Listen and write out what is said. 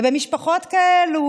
ובמשפחות כאלו,